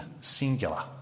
singular